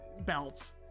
belts